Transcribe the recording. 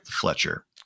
Fletcher